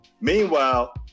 Meanwhile